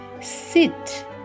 Sit